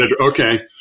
okay